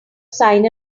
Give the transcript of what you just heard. sign